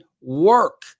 work